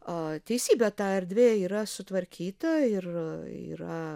a teisybė ta erdvė yra sutvarkyta ir